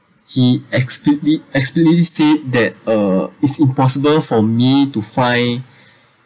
he explit~ explicitly said that uh it's impossible for me to find